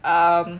um